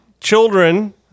children